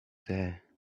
there